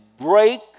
break